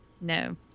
No